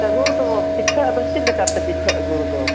ᱜᱩᱲ ᱫᱚ ᱯᱤᱴᱷᱟᱹ ᱟᱫᱚ ᱪᱮᱫ ᱞᱮᱠᱟ ᱛᱮ ᱯᱤᱴᱷᱟᱹᱜᱼᱟ ᱜᱩᱲ ᱫᱚ